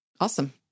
Awesome